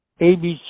ABC